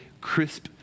crisp